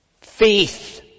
Faith